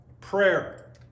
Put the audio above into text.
prayer